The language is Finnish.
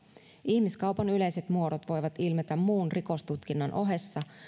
ihmiskaupan yleiset muodot voivat ilmetä muun rikostutkinnan ohessa